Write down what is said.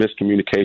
miscommunication